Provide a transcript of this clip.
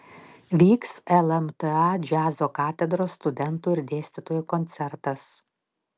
vyks lmta džiazo katedros studentų ir dėstytojų koncertas